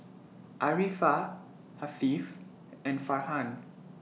Arifa Hasif and Farhan